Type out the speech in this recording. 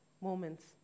moments